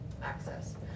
access